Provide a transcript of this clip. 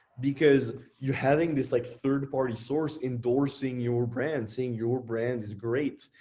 because you having this like third party source endorsing your brand, seeing your brand is great.